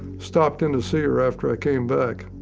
stopped in to see her after i came back.